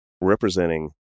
representing